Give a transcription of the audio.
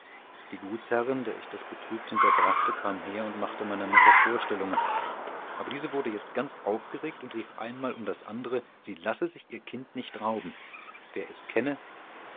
die gutsherrin der ich das betrübt hinterbrachte kam her und machte meiner mutter vorstellungen aber diese wurde jetzt ganz aufgeregt und rief einmal um das andere sie lasse sich ihr kind nicht rauben wer es kenne